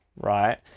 right